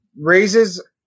raises